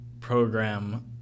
program